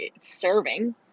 serving